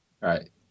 right